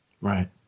Right